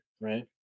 right